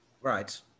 right